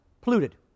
Polluted